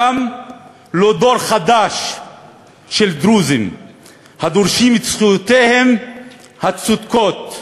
קם לו דור חדש של דרוזים הדורשים את זכויותיהם הצודקות.